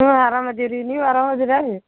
ಹ್ಞೂಂ ಆರಾಮ್ ಇದೀವ್ರಿ ನೀವು ಆರಾಮ್ ಇದೀರಾ ರೀ